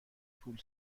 پول